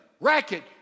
racket